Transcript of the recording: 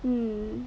hmm